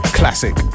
classic